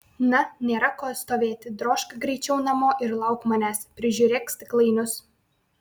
na nėra ko stovėti drožk greičiau namo ir lauk manęs prižiūrėk stiklainius